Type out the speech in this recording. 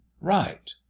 right